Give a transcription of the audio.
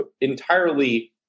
entirely